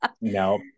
no